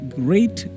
great